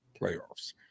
playoffs